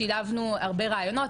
שילבנו הרבה רעיונות,